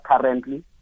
currently